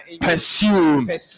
pursue